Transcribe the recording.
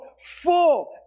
full